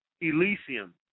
Elysium